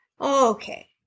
Okay